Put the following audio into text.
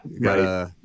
Right